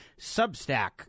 Substack